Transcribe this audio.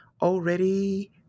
already